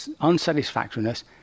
unsatisfactoriness